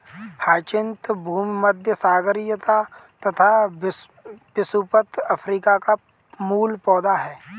hyacinth भूमध्यसागरीय तथा विषुवत अफ्रीका का मूल पौधा है